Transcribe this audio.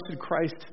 Christ